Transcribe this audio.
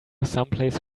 someplace